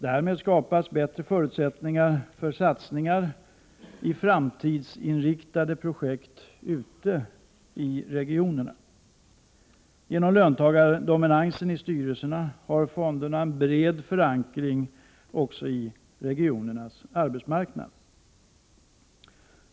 Därmed skapas bättre förutsättningar för satsningar i framtidsinriktade projekt ute i regionerna. Genom löntagardominansen i styrelserna har fonderna en bred förankring också i regionernas arbetsmarknad.